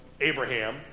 Abraham